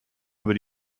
über